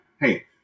hey